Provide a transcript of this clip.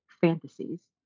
fantasies